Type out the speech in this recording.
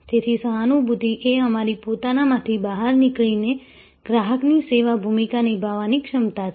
તેથી સહાનુભૂતિ એ તમારી પોતાનામાંથી બહાર નીકળીને ગ્રાહકની સેવા ભૂમિકા નિભાવવાની ક્ષમતા છે